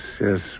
Yes